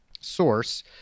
source